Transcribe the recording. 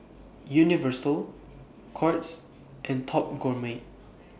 Universal Courts and Top Gourmet